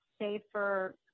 safer